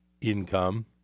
income